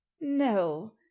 no